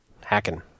hacking